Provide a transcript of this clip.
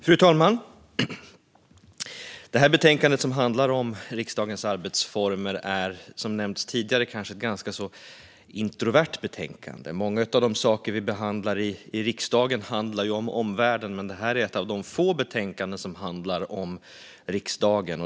Fru talman! Betänkandet som handlar om riksdagens arbetsformer är, som nämnts tidigare, kanske ganska introvert. Många av de saker vi behandlar i riksdagen handlar om omvärlden, men det här är ett av de få betänkanden som handlar om riksdagen.